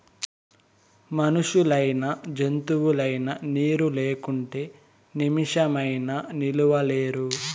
మనుషులైనా జంతువులైనా నీరు లేకుంటే నిమిసమైనా నిలువలేరు